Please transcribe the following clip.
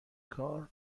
کار